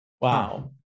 wow